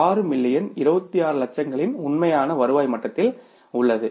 6 million 76 லட்சங்களின் உண்மையான வருவாய் மட்டத்தில் உள்ளது